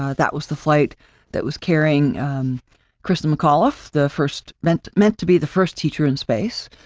ah that was the flight that was carrying christa mcauliffe, the first meant, meant to be the first teacher in space.